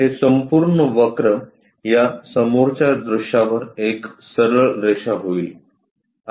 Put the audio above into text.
हे संपूर्ण वक्र या समोरच्या दृश्यावर एक सरळ रेषा होईल